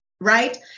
Right